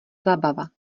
zábava